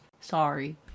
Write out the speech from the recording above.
Sorry